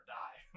die